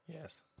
Yes